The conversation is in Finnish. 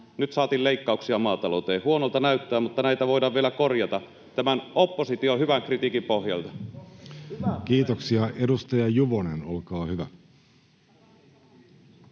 nyt saatiin leikkauksia maatalouteen. Huonolta näyttää, mutta näitä voidaan vielä korjata tämän opposition hyvän kritiikin pohjalta. Kiitoksia. — Edustaja Juvonen, olkaa hyvä.